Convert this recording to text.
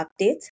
updates